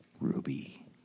Ruby